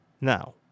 Now